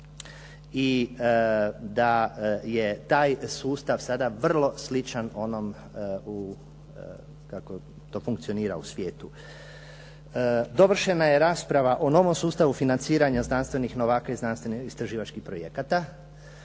i da je taj sustav sada vrlo sličan onom u kako to funkcionira u svijetu. Dovršena je rasprava o novom sustavu financiranja znanstvenih novaka i znanstveno-istraživačkih projekata